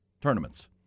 tournaments